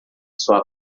sua